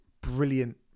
brilliant